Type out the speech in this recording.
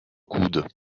coude